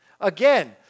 Again